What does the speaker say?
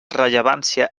rellevància